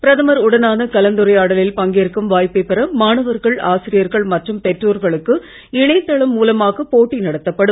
பிரதமர் உடனான கலந்துரையாடலில் பங்கேற்கும் வாய்ப்பை பெற மாணவர்கள் ஆசிரியர்கள் மற்றும் பெற்றோர்களுக்கு இணையதளம் மூலமாக போட்டி நடத்தப்படும்